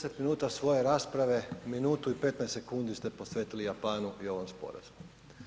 Od 10 minuta svoje rasprave, minutu i 15 sekundi ste posvetili Japanu i ovom Sporazumu.